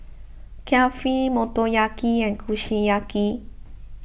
Kulfi Motoyaki and Kushiyaki